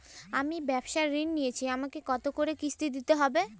আমি ব্যবসার ঋণ নিয়েছি আমাকে কত করে কিস্তি দিতে হবে?